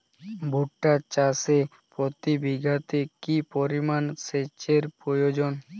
ভুট্টা চাষে প্রতি বিঘাতে কি পরিমান সেচের প্রয়োজন?